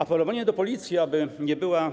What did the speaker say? Apelowanie, aby policja nie była